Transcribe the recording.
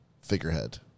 figurehead